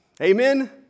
Amen